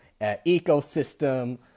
ecosystem